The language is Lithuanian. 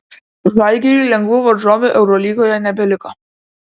žalgiriui lengvų varžovų eurolygoje nebeliko